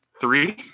three